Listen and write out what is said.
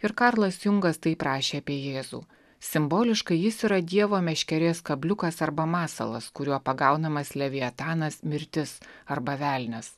ir karlas jungas taip rašė apie jėzų simboliškai jis yra dievo meškerės kabliukas arba masalas kuriuo pagaunamas leviatanas mirtis arba velnias